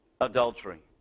adultery